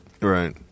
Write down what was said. Right